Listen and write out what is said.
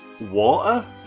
Water